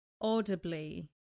audibly